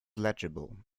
legible